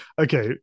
okay